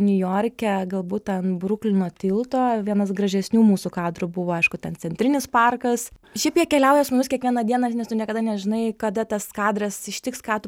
niujorke galbūt ant bruklino tilto vienas gražesnių mūsų kadrų buvo aišku ten centrinis parkas šiaip jie keliauja su mumis kiekvieną dieną ir nes tu niekada nežinai kada tas kadras ištiks ką tu